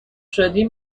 شدی